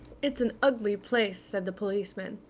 it's an ugly place, said the policeman.